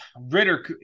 Ritter